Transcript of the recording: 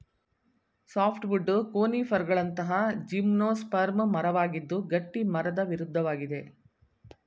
softwood ಕೋನಿಫರ್ಗಳಂತಹ gymnosperm ಮರವಾಗಿದ್ದು ಗಟ್ಟಿಮರದ ವಿರುದ್ಧವಾಗಿದೆ